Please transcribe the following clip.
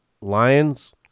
Lions